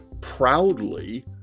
proudly